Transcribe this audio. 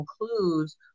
includes